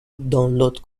دانلود